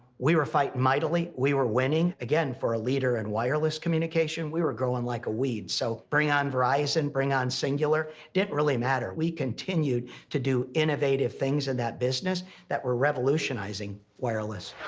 we were fighting mightily. we were winning. again, for a leader in and wireless communication we were growing like a weed. so bring on verizon, and bring on cingular. didn't really matter, we continued to do innovative things in that business that were revolutionizing wireless.